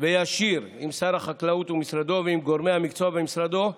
וישיר עם שר החקלאות ומשרדו ועם גורמי המקצוע במשרדו,